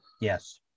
Yes